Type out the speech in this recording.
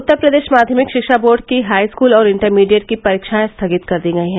उत्तर प्रदेश माध्यमिक शिक्षा बोर्ड की हाईस्कूल और इंटरमीडिएट की परीक्षाएं स्थगित कर दी गई हैं